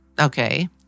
Okay